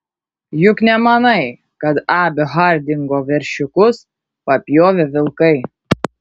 juk nemanai kad abio hardingo veršiukus papjovė vilkai